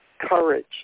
courage